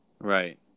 Right